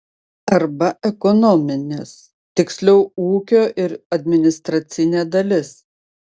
arba ekonominės tiksliau ūkio ir administracinė dalis